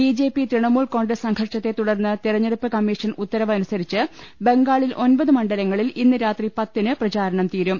BJP Trinamool Congress സംഘർഷത്തെ തുടർന്ന് തെരഞ്ഞെടുപ്പ് കമ്മീഷൻ ഉത്തരവനു സരിച്ച് ബംഗാളിൽ ഒൻപത് മണ്ഡലങ്ങളിൽ ഇന്ന് രാത്രി പത്തിന് പ്രചാരണം തീരും